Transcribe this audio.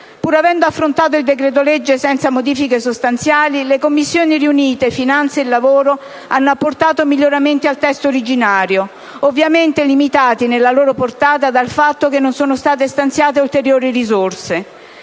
Pur avendo approvato il decreto-legge senza modifiche sostanziali, le Commissioni riunite finanze e lavoro hanno apportato miglioramenti al testo originario, ovviamente limitati nella loro portata dal fatto che non sono state stanziate ulteriori risorse.